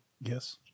Yes